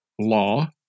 law